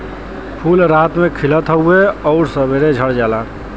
फूल रात में खिलत हउवे आउर सबेरे झड़ जाला